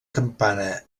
campana